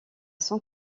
son